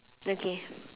okay